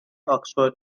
oxford